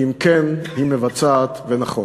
ואם כן, היא מבצעת ונכון.